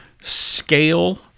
scale